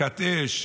יש